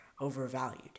overvalued